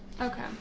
Okay